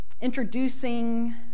introducing